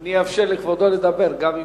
אני אאפשר לכבודו לדבר, גם אם,